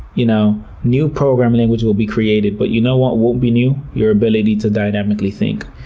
you know new programming languages will be created, but you know what won't be new? your ability to dynamically think.